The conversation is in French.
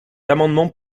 amendement